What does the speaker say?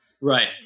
right